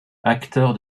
acteur